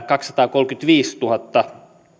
kaksisataakolmekymmentäviisituhatta